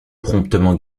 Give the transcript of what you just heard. promptement